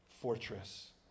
fortress